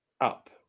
Up